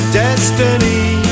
destiny